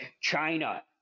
China